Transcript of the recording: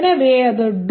எனவே அது doA